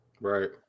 Right